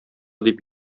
дип